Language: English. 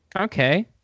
Okay